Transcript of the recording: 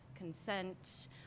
consent